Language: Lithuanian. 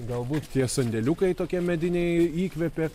galbūt tie sandėliukai tokie mediniai įkvėpė